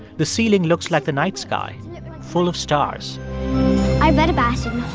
the ceiling looks like the night sky full of stars i read about